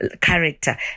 character